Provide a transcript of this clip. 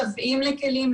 משוועים לכלים,